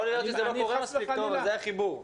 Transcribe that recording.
יכול להיות שזה לא קורה מספיק טוב אבל זה החיבור.